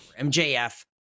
MJF